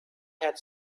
had